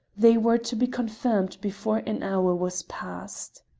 they were to be confirmed before an hour was past.